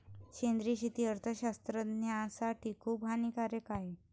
सेंद्रिय शेती अर्थशास्त्रज्ञासाठी खूप हानिकारक आहे